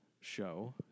show